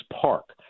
park